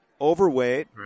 overweight